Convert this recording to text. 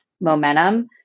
momentum